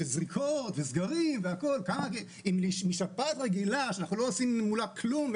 וזריקות וסגרים והכול - אם משפעת רגילה שלא עושים מולה כלום,